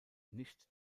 nicht